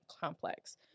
complex